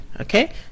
Okay